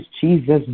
Jesus